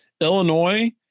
Illinois